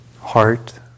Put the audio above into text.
heart